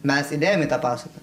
mes įdėjom į tą pastatą